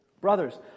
Brothers